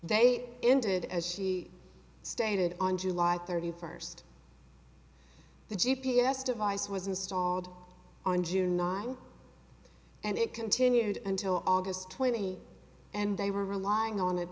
they ended as she stated on july thirty first the g p s device was installed on june ninth and it continued until august twenty and they were relying on it